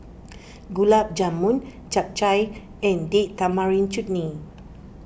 Gulab Jamun Japchae and Date Tamarind Chutney